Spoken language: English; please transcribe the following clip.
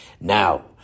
Now